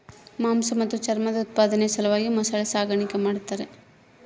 ಮಾಂಸ ಮತ್ತು ಚರ್ಮದ ಉತ್ಪಾದನೆಯ ಸಲುವಾಗಿ ಮೊಸಳೆ ಸಾಗಾಣಿಕೆ ಮಾಡ್ತಾರ